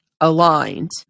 aligned